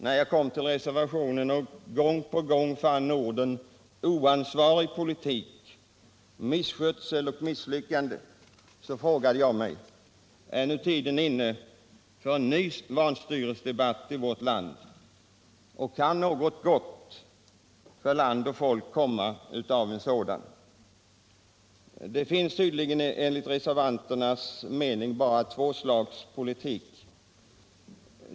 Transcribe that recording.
När jag kom till reservationen och gång på gång fann orden ”oansvarig politik”, ”misskötsel” och ”misslyckanden” frågade jag mig: Är nu tiden inne för en ny vanstyresdebatt i vårt land och kan något gott för land och folk komma av en sådan? Det finns tydligen enligt reservanternas mening bara två slags politik.